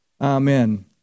Amen